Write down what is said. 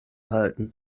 halten